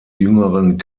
jüngeren